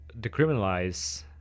decriminalize